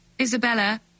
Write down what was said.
Isabella